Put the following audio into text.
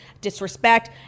disrespect